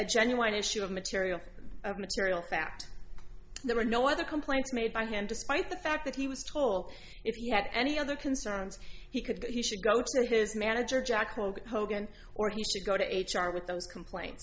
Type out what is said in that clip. a genuine issue of material material fact there are no other complaints made by hand despite the fact that he was told if you had any other concerns he could he should go to his manager jack hogan hogan or he should go to h r with those complaints